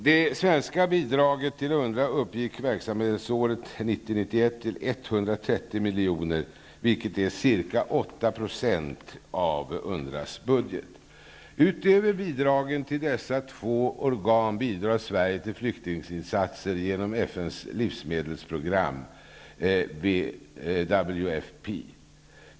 Det svenska bidraget till UNRWA uppgick verksamhetsåret 1990/91 till 130 milj.kr., vilket är ca 8 % av UNRWA:s budget. Utöver bidraget till dessa två organ bidrar Sverige till flyktinginsater genom FN:s livsmedelsprogram WFP.